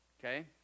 Okay